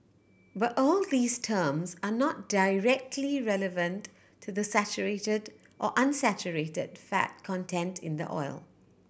but all these terms are not directly relevant to the saturated or unsaturated fat content in the oil